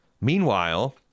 Meanwhile